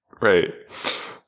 right